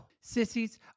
Sissies